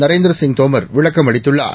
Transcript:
நரேந்திரசி ங்தோமர்விளக்கம்அளித்துள்ளார்